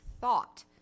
thought